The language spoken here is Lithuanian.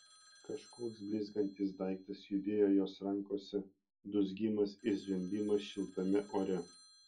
kažkoks blizgantis daiktas judėjo jos rankose dūzgimas ir zvimbimas šiltame ore